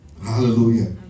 Hallelujah